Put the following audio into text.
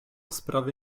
sprawy